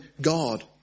God